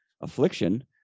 affliction